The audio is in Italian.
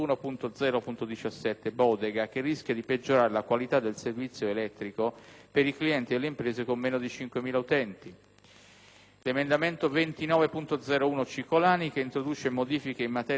5.000 utenti; 29.0.1, che introduce modifiche in materia di concessioni autostradali del tutto estranee all'oggetto del provvedimento e che dovrebbero essere oggetto di accurato approfondimento nella Commissione di merito, cioè l'8a;